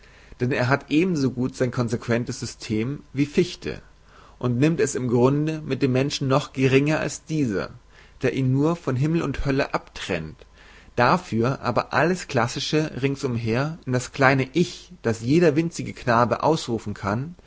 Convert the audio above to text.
denn er hat eben so gut sein konsequentes system wie fichte und nimmt es im grunde mit dem menschen noch geringer als dieser der ihn nur von himmel und hölle abtrennt dafür aber alles klassische rings um her in das kleine ich das jeder winzige knabe ausrufen kann